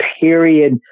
period